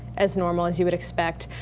as normal as you would expect.